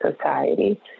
society